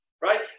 right